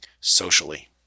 socially